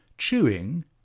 Chewing